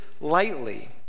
lightly